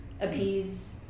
Appease